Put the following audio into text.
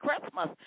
Christmas